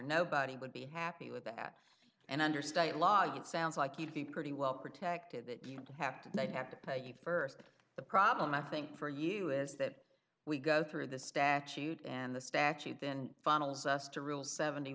nobody would be happy with that and under state law it sounds like you'd be pretty well protected but you have to they have to pay you first the problem i think for you is that we go through the statute and the statute then funnels us to rule seventy